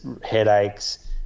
headaches